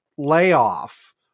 layoff